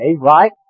right